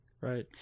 Right